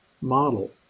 model